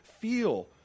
feel